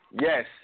Yes